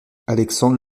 alexandre